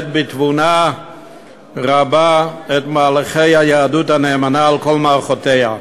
בתבונה רבה את מהלכי היהדות הנאמנה על כל מערכותיה.